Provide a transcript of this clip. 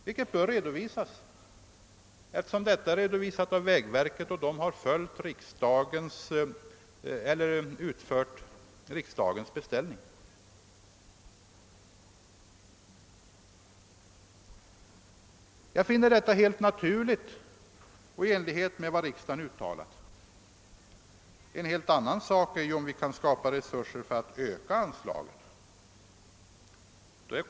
Och detta bör redovisas, eftersom vägverket utför riksdagens beställning. Jag finner detta vara helt naturligt. En helt annan sak är det om vi kan skapa resurser för att öka anslaget.